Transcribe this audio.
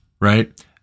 right